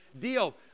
deal